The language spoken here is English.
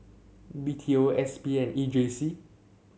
B T O S P and E J C